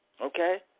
Okay